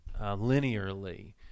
linearly